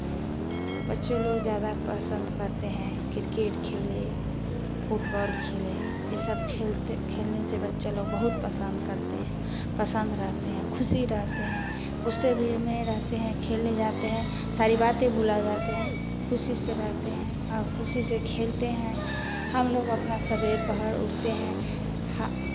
बच्चे लोग ज़्यादा पसंद करते हैं क्रिकेट खेले फुटबॉल खेलें ई सब खेलते खेलने से बच्चा लोग बहुत पसन्द करते हैं पसंद रहते हैं खुशी रहते हैं उससे भी में रहते हैं खेले जाते हैं सारी बातें भुला जाते हैं खुशी से रहते हैं और खुशी से खेलते हैं हम लोग अपना सबेर पहर उठते हैं